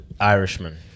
Irishman